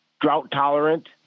drought-tolerant